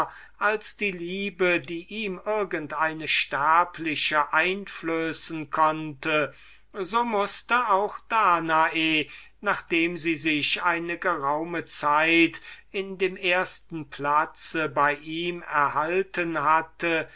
als die liebe die ihm irgend ein frauenzimmer einflößen konnte so mußte auch danae nachdem sie sich eine geraume zeit in dem ersten platz bei ihm erhalten hatte